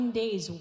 days